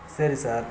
சரி சார்